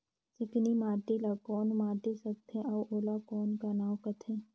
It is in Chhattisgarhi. चिकनी माटी ला कौन माटी सकथे अउ ओला कौन का नाव काथे?